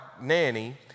nanny